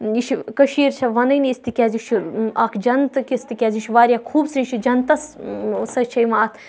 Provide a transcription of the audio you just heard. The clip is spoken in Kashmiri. یہِ چھِ کٔشیٖرِ چھِ وَنٕنۍ أسۍ تِکیازِ یہِ چھُ اَکھ جنتہٕ کِس تِکیٛازِ یہِ چھُ واریاہ خوٗبصورَت یہِ چھُ جَنتَس سٟتۍ چھُ یِوان اَتھ